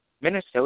Minnesota